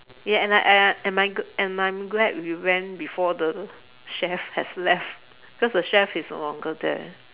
yes and I and I am I am and I am glad we went before the chef have left because the chef is no longer there